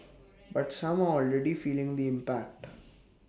but some are already feeling the impact